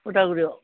उदालगुरियाव